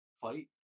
Fight